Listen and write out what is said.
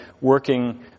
working